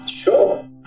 sure